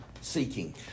seeking